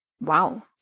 Wow